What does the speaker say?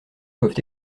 peuvent